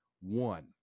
one